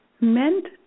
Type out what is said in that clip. meant